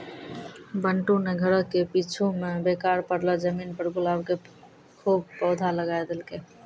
बंटू नॅ घरो के पीछूं मॅ बेकार पड़लो जमीन पर गुलाब के खूब पौधा लगाय देलकै